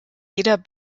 jeder